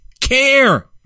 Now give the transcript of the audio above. care